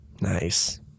Nice